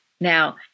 Now